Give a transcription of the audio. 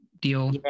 deal